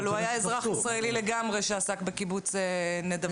אבל הוא היה אזרח ישראלי לגמרי שעסק בקיבוץ נדבות.